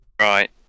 Right